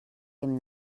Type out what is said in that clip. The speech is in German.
dem